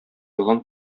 елан